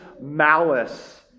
malice